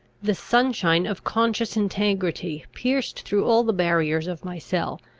the sunshine of conscious integrity pierced through all the barriers of my cell,